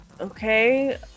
Okay